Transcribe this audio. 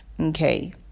okay